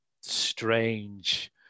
strange